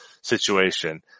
situation